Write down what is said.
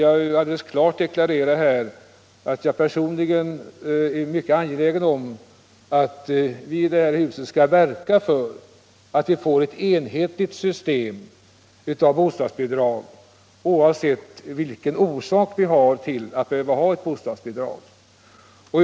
Jag vill alldeles klart deklarera att jag personligen är mycket angelägen om att vi i det här huset skall verka för ett enhetligt system med bostadsbidrag, oberoende av vilken orsaken är till att bostadsbidrag behöver utgå.